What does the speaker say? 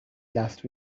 last